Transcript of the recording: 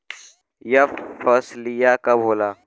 यह फसलिया कब होले?